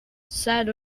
said